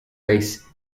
race